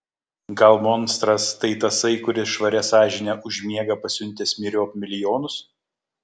gal monstras tai tasai kuris švaria sąžine užmiega pasiuntęs myriop milijonus